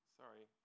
sorry